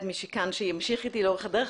את מי שכאן שימשיך איתי לאורך הדרך,